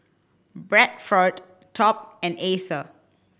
Bradford Top and Acer